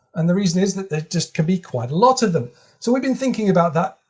and the reason is that there just can be quite a lot of them. so we've been thinking about that.